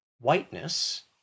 whiteness